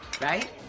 right